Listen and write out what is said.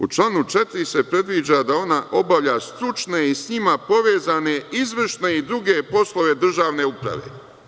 U članu 4. se predviđa da ona obavlja stručne i sa njima povezane izvršne i druge poslove državne uprave.